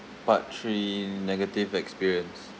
part three negative experience